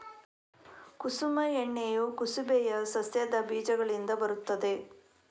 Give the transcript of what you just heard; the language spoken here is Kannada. ಕುಸುಮ ಎಣ್ಣೆಯು ಕುಸುಬೆಯ ಸಸ್ಯದ ಬೀಜಗಳಿಂದ ಬರುತ್ತದೆ